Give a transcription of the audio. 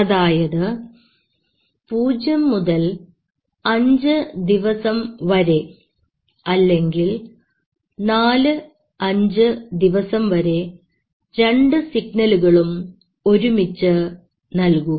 അതായത് 0 മുതൽ 5 ദിവസം വരെ അല്ലെങ്കിൽ 4 5 ദിവസം വരെ രണ്ടു സിഗ്നലുകളും ഒരുമിച്ച് നൽകുക